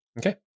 Okay